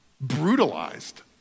brutalized